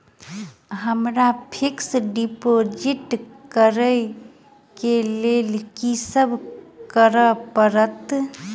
हमरा fix deposit करऽ केँ लेल की सब करऽ पड़त?